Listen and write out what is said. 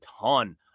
ton